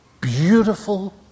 beautiful